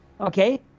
okay